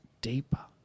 deeper